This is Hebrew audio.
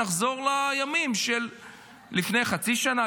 שנחזור לימים שלפני חצי שנה,